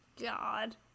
God